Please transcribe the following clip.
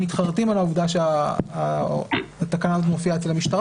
מתחרטים על העובדה שהתקנה הזאת מופיעה אצל המשטרה